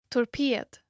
Torped